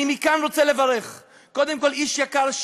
אני מכאן רוצה לברך קודם כול איש יקר,